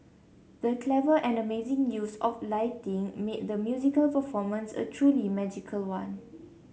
the clever and amazing use of lighting made the musical performance a truly magical one